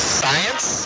science